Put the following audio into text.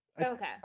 Okay